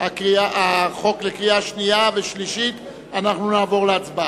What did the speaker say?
הצגת החוק לקריאה שנייה ושלישית אנחנו נעבור להצבעה.